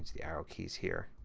see the arrow keys here,